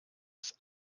das